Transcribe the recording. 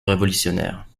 révolutionnaires